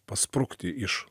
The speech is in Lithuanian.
pasprukti iš